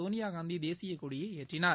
சோனியாகாந்தி தேசியக்கொடியை ஏற்றினார்